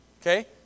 okay